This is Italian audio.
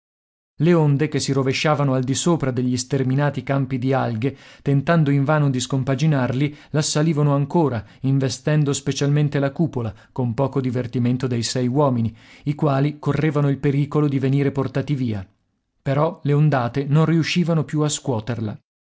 le onde che si rovesciavano al di sopra degli sterminati campi di alghe tentando invano di scompaginarli l'assalivano ancora investendo specialmente la cupola con poco divertimento dei sei uomini i quali correvano il pericolo di venire portati via però le ondate non riuscivano più a scuoterla